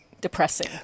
depressing